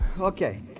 Okay